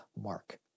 Mark